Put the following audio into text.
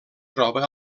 troba